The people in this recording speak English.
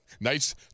Nice